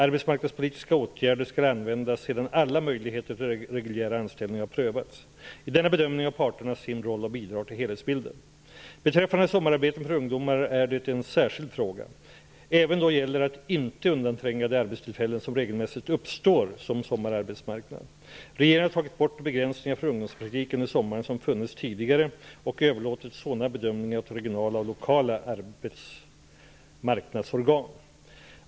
Arbetsmarknadspolitiska åtgärder skall användas sedan alla möjligheter till reguljära anställningar har prövats. I denna bedömning har parterna sin roll och bidrar till helhetsbilden. Beträffande sommararbeten för ungdomar är det en särskild fråga. Även då gäller att inte undantränga de arbetstillfällen som regelmässigt uppstår som sommararbetsmarknad. Regeringen har tagit bort de begränsningar för ungdomspraktik under sommaren som funnits tidigare och överlåtit sådana bedömningar åt regionala och lokala arbetsmarknadsorgan.